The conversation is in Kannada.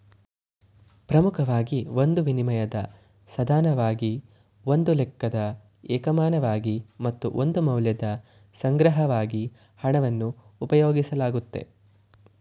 ಪ್ರಮುಖವಾಗಿ ಒಂದು ವಿನಿಮಯದ ಸಾಧನವಾಗಿ ಒಂದು ಲೆಕ್ಕದ ಏಕಮಾನವಾಗಿ ಮತ್ತು ಒಂದು ಮೌಲ್ಯದ ಸಂಗ್ರಹವಾಗಿ ಹಣವನ್ನು ಉಪಯೋಗಿಸಲಾಗುತ್ತೆ